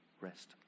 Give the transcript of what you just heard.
Rest